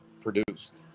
produced